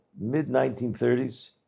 mid-1930s